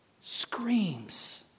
screams